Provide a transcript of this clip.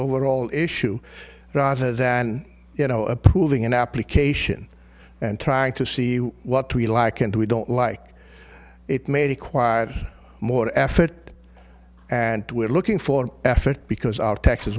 we're all issue rather than you know approving an application and trying to see what we like and we don't like it made a quieter more effort and we're looking for effort because our taxes